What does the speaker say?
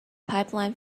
pipeline